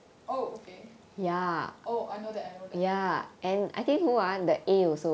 oh okay oh I know that I know that